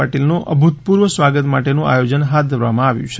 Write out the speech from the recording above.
પાટીલનું અભૂતપૂર્વ સ્વાગત માટેનું આયોજન હાથ ધરવામાં આવ્યું છે